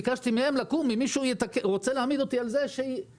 ביקשתי מהם לקום אם מישהו רוצה להעמיד אותי על כך